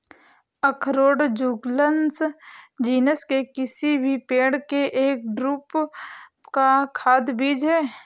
अखरोट Juglans genus के किसी भी पेड़ के एक ड्रूप का खाद्य बीज है